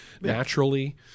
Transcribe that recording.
naturally